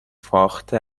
فاخته